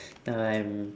now I am